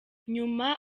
nyuma